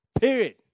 Period